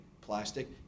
plastic